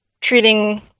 treating